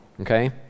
Okay